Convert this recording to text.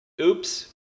oops